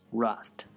rust